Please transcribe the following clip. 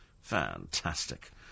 Fantastic